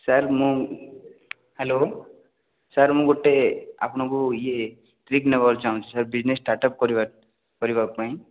sir ମୁଁ hello sir ମୁଁ ଗୋଟେ ଆପଣଙ୍କୁ ଇଏ ଟ୍ରିକ୍ ନେବାକୁ ଚାହୁଁଛି ସାର୍ ବିଜନେସ୍ ଷ୍ଟାର୍ଟ୍ ଅପ୍ କରିବା କରିବା ପାଇଁ